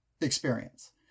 experience